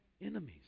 enemies